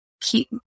keep